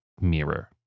mirror